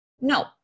No